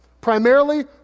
primarily